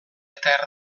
eta